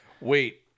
Wait